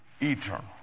eternal